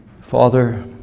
Father